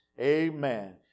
Amen